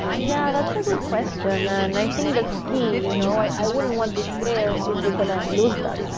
yeah, that's a good question, ah and i think that's key. you know i wouldn't want to scale if we're going to lose that,